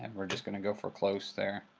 and we're just going to go for close there.